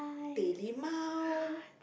teh limau